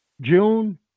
June